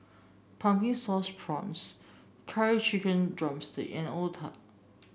Pumpkin Sauce Prawns Curry Chicken drumstick and otah